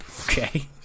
Okay